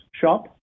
shop